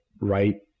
right